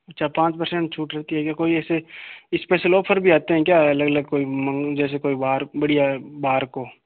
अच्छा पाँच पर्सेन्ट छूट होती है ये कोई ऐसे इसपेसल ओफर भी आते हैं क्या अलग अलग कोई जैसे कोई बाहर बढ़िया बाहर को